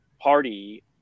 party